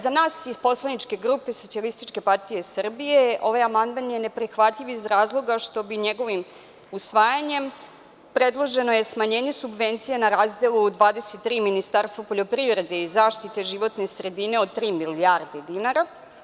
Za nas iz poslaničke grupe SPS ovaj amandman je neprihvatljiv iz razloga što bi njegovim usvajanjem predloženo je smanjenje subvencija na razdelu 23 Ministarstvu poljoprivrede i zaštite životne sredine od tri milijarde dinara.